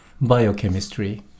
biochemistry